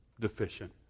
deficient